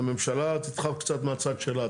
הממשלה תדחף קצת מהצד שלה,